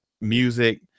music